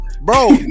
Bro